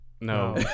No